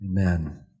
Amen